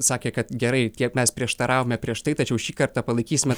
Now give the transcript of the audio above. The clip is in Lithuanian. sakė kad gerai tiek mes prieštaravome prieš tai tačiau šį kartą palaikysime